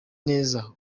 neza